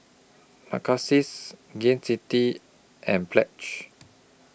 Narcissus Gain City and Pledge